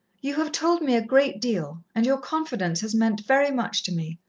you have told me a great deal, and your confidence has meant very much to me.